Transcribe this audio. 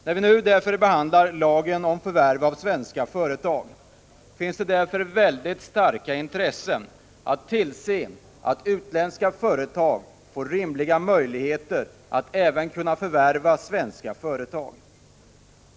När vi nu behandlar frågan om prövning av utländska förvärv av svenska företag talar starka intressen för att vi bör se till att utländska företag får rimliga möjligheter att även förvärva svenska företag.